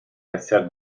hacer